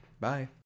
bye